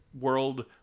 world